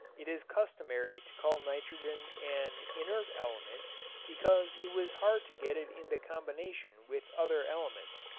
it is customary to call nitrogen an inert element because it was hard to get it into combination with other elements.